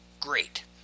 great